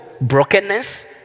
brokenness